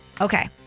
Okay